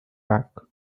back